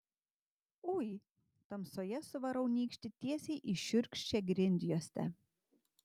ui tamsoje suvarau nykštį tiesiai į šiurkščią grindjuostę